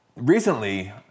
Recently